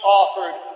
offered